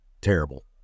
terrible